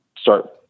start